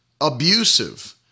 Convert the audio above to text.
abusive